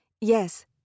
Yes